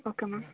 okay ma'am